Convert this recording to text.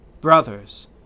Brothers